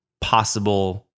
possible